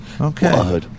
Okay